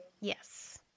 yes